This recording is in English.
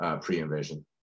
pre-invasion